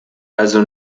also